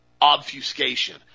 Obfuscation